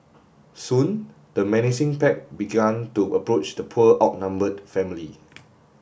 soon the menacing pack begun to approach the poor outnumbered family